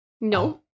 No